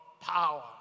power